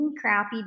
crappy